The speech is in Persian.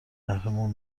قهرمان